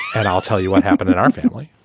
and i'll tell you what happened in our family